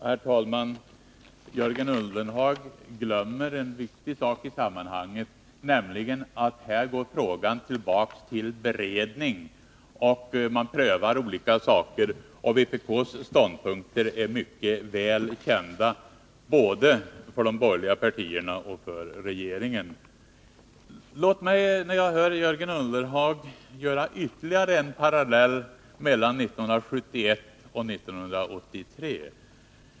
Herr talman! Jörgen Ullenhag glömmer en viktig sak i sammanhanget, nämligen att frågan går tillbaka till beredning och att man prövar olika saker. Vpk:s ståndpunkter är mycket väl kända, både för de borgerliga partierna och för regeringen. När jag hör Jörgen Ullenhag, vill jag dra ytterligare en parallell mellan 1971 och 1983.